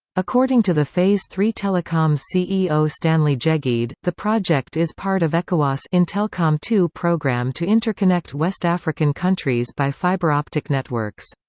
according to the phase three telecom's ceo stanley jegede, the project is part of ecowas' intelcom ii program to interconnect west african countries by fiber-optic networks.